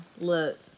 Look